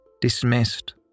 dismissed